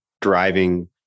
driving